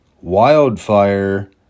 wildfire